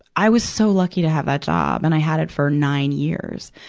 i was so lucky to have that job, and i had it for nine years.